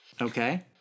Okay